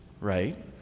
right